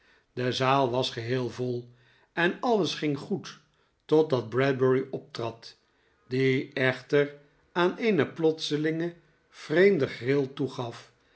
de zaal was geheel vol en alles ging goed totdat bradbury optrad die echter aan eene plotselinge vreemde gril toegaf